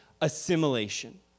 assimilation